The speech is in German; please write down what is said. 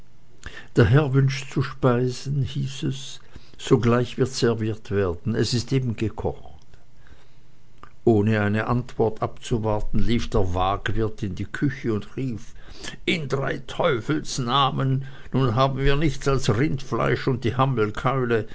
der herr wünscht zu speisen hieß es gleich wird serviert werden es ist eben gekocht ohne eine antwort abzuwarten lief der waagwirt in die küche und rief in drei teufels namen nun haben wir nichts als rindfleisch und die hammelkeule